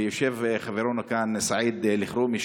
ויושב כאן חברנו סעיד אלחרומי,